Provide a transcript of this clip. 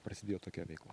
prasidėjo tokia veikla